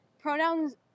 pronouns